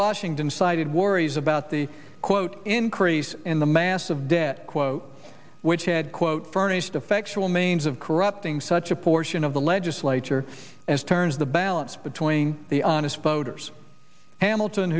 washington cited worries about the quote increase in the massive debt quote which had quote furnished effectual means of corrupting such a portion of the legislature as turns the balance between the honest voters hamilton